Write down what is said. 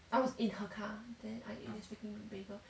I was in her car then I eat this freaking big bagel